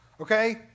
okay